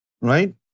right